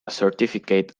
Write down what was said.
certificate